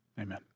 amen